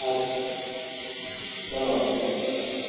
آدٕ سا چلو آدٕ سا بِہو رۄبس